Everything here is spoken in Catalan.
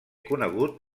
conegut